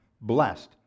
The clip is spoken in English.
blessed